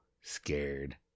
Scared